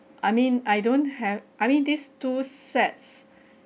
I mean I don't have I mean these two sets